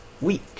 week